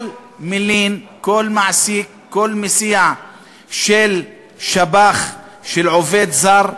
כל מלין, כל מעסיק, כל מסיע של שב"ח, של עובד זר,